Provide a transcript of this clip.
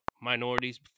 minorities